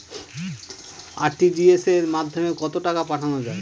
RTGS এর মাধ্যমে কত টাকা পাঠানো যায়?